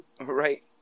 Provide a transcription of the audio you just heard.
Right